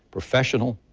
professional,